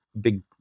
big